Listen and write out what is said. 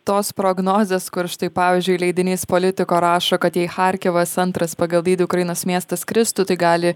tos prognozės kur štai pavyzdžiui leidinys politico rašo kad jei charkivas antras pagal dydį ukrainos miestas kristų tai gali